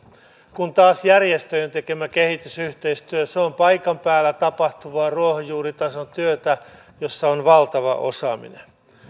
kun taas järjestöjen tekemä kehitysyhteistyö on paikan päällä tapahtuvaa ruohonjuuritason työtä jossa on valtava osaaminen